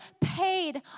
paid